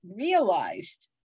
realized